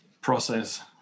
process